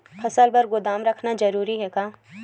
फसल बर गोदाम रखना जरूरी हे का?